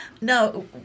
No